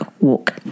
walk